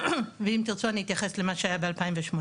ואם תרצו אני אתייחס למה שהיה ב-2018,